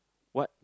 what